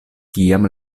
kiam